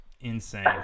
insane